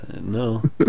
No